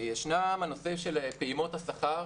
הנושאים של פעימות השכר,